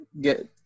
get